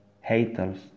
haters